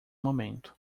momento